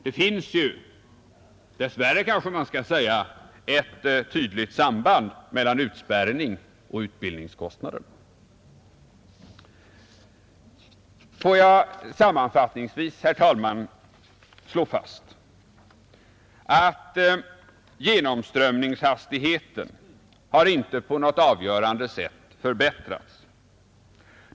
Det finns — dess värre kanske vi skall säga — ett tydligt samband mellan utspärrning och utbildningskostnader. Får jag sammanfattningsvis, herr talman, slå fast att genomströmningshastigheten inte på något avgörande sätt har förbättrats.